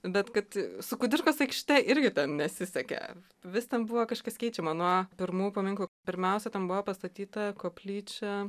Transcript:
bet kad su kudirkos aikšte irgi nesisekė vis ten buvo kažkas keičiama nuo pirmų paminklų pirmiausia ten buvo pastatyta koplyčia